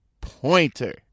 Pointer